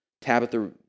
Tabitha